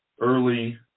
early